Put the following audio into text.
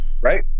Right